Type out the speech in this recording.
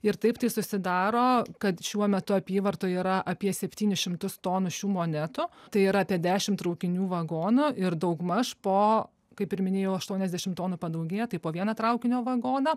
ir taip tai susidaro kad šiuo metu apyvartoj yra apie septynis šimtus tonų šių monetų tai yra apie dešim traukinių vagonų ir daugmaž po kaip ir minėjau aštuoniasdešim tonų padaugėja tai po vieną traukinio vagoną